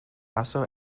also